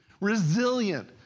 resilient